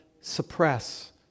suppress